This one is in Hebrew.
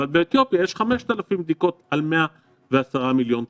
אבל באתיופיה יש 5,000 בדיקות על 110 מיליון תושבים.